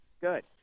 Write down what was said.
Good